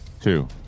two